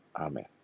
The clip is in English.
Amen